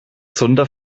zunder